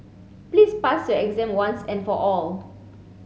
please pass your exam once and for all